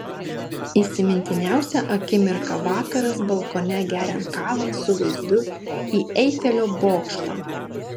įsimintiniausia akimirka vakaras balkone geriant kavą su vaizdu į eifelio bokštą